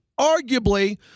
arguably